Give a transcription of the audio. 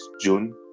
June